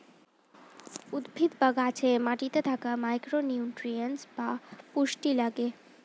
উদ্ভিদ বা গাছে মাটিতে থাকা মাইক্রো নিউট্রিয়েন্টস বা পুষ্টি লাগে